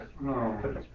No